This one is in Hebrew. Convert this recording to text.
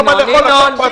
אין לו מה לאכול, לקוח פרטי.